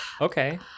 Okay